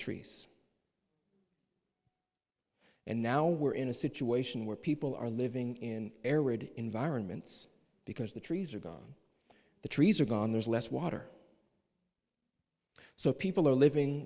trees and now we're in a situation where people are living in environments because the trees are gone the trees are gone there's less water so people are living